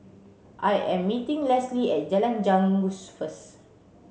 I am meeting Leslie at Jalan Janggus first